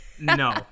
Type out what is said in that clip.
no